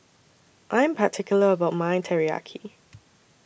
I Am particular about My Teriyaki